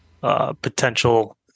potential